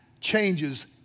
changes